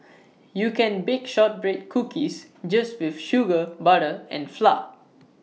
you can bake Shortbread Cookies just with sugar butter and flour